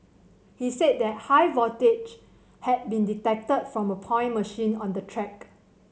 he said that high voltage had been detected from a point machine on the track